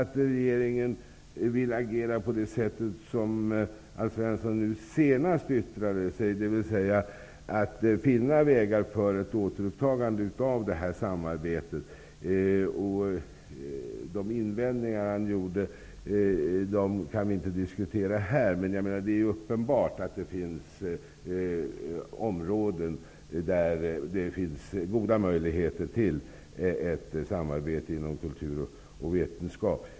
Om regeringen vill agera så som Alf Svensson nu senast uttryckte sig, dvs. att finna vägar för ett återupptagande av samarbetet -- de invändningar han gjorde kan vi inte diskutera här -- är det uppenbart att det finns goda möjligheter inom kultur och vetenskap.